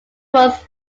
was